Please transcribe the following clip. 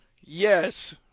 Yes